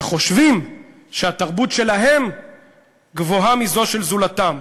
שחושבים שהתרבות שלהם גבוהה מזו של זולתם,